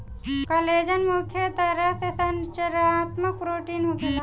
collagen मुख्य तरह के संरचनात्मक प्रोटीन होखेला